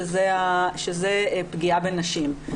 שזה פגיעה בנשים.